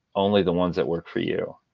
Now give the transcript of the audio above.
only the ones that work for you.